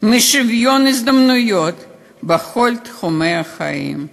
משוויון הזדמנויות בכל תחומי החיים.